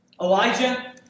Elijah